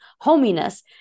hominess